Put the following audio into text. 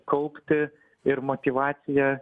kaupti ir motyvaciją